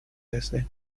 desdén